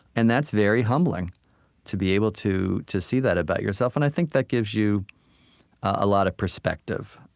and that's very humbling to be able to to see that about yourself, and i think that gives you a lot of perspective.